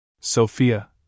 Sophia